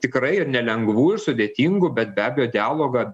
tikrai ir nelengvų ir sudėtingų bet be abejo dialogą